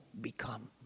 become